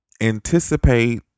anticipate